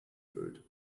food